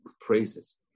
praises